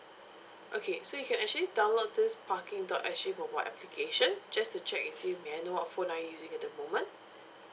okay so you can actually download this parking dot S G mobile application just to check with you may I know what phone are you using at the moment